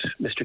Mr